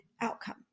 outcome